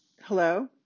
Hello